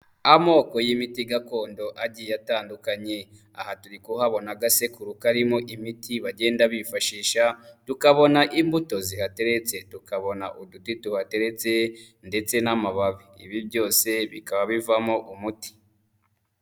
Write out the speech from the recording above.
Amoko y'imiti gakondo agiye atandukanye. Aha turi kuhabona agasekuru karimo imiti bagenda bifashisha, tukabona imbuto zihateretse, tukabona uduti tuhateretse ndetse n'amababi. Ibi byose bikaba bivamo umuti.